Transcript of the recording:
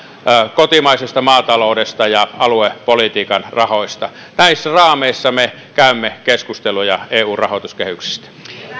kotimaisesta maataloudesta ja aluepolitiikan rahoista näissä raameissa me käymme keskusteluja eun rahoituskehyksistä